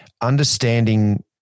understanding